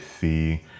see